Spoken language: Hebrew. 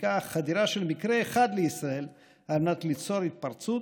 מספיקה חדירה של מקרה אחד לישראל על מנת ליצור התפרצות,